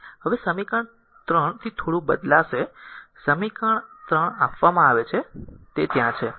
હવે સમીકરણ 3થી થોડું બદલાશે સમીકરણ r 3 આપવામાં આવે છે તે ત્યાં છે